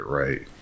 right